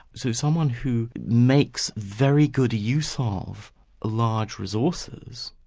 so someone who makes very good use ah of large resources,